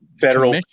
federal